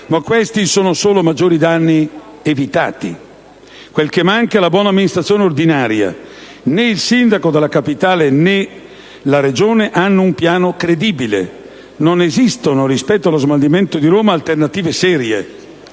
Ma questi sono solo i maggiori danni evitati. Quel che manca è la buona amministrazione ordinaria. Né il sindaco della capitale, né la Regione hanno un piano credibile. Non esistono, rispetto allo smaltimento di Roma, alternative serie.